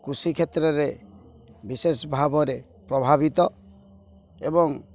କୃଷି କ୍ଷେତ୍ରରେ ବିଶେଷ ଭାବରେ ପ୍ରଭାବିତ ଏବଂ